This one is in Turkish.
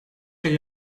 şey